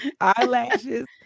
Eyelashes